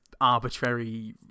arbitrary